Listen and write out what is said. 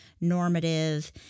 normative